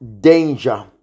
danger